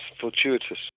fortuitous